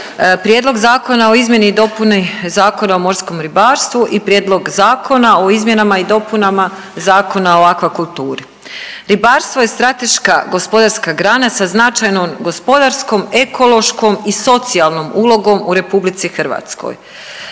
Prijedlog zakona o izmjeni i dopuni Zakona o morskom ribarstvu i Prijedlog zakona o izmjenama i dopunama Zakona o akvakulturi. Ribarstvo je strateška gospodarska grana sa značajnom gospodarskom, ekološkom i socijalnom ulogom u RH. Ribarstvo